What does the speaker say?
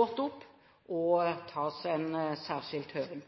godt opp og ta en særskilt høring